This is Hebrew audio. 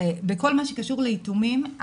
בכל מה שקשור ליתומים,